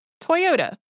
Toyota